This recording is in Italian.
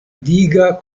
diga